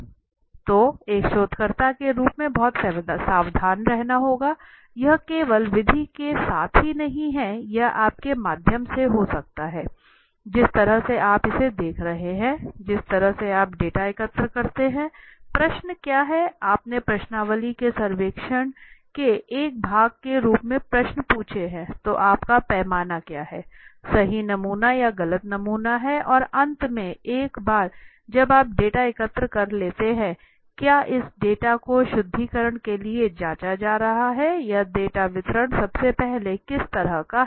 तो एक शोधकर्ता के रूप में बहुत सावधान रहना होगा यह केवल विधि के साथ ही नहीं है यह आपके माध्यम से हो सकता है जिस तरह से आप इसे देख रहे हैं जिस तरह से आप डेटा एकत्र करते हैं प्रश्न क्या हैआपने प्रश्नावली के सर्वेक्षण के एक भाग के रूप में प्रश्न पूछे हैं तो आप का पैमाना क्या है सही नमूना या गलत नमूना है और अंत में एक बार जब आप डेटा एकत्र कर लेते है क्या इस डेटा को शुद्धिकरण के लिए जांचा जा रहा है यह डेटा वितरण सबसे पहले किस तरह का है